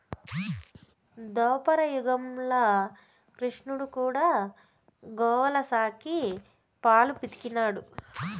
దోపర యుగంల క్రిష్ణుడు కూడా గోవుల సాకి, పాలు పిండినాడు